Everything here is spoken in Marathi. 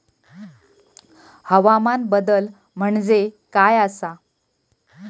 हवामान बदल म्हणजे काय आसा?